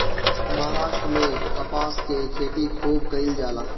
महाराष्ट्र में कपास के खेती खूब कईल जाला